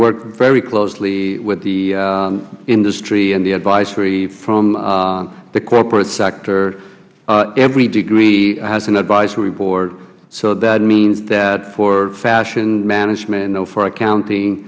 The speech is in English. work very closely with the industry and the advisory from the corporate sector every degree has an advisory board so that means that for fashion management for accounting